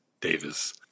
davis